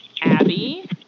Abby